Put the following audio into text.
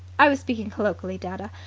i was speaking colloquially, dadda.